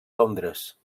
londres